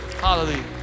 Hallelujah